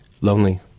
Lonely